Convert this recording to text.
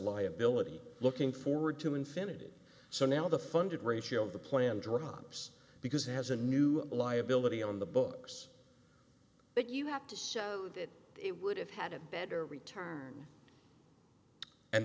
liability looking forward to infinity so now the funded ratio of the plan drops because it has a new liability on the books but you have to show that it would have had a better return and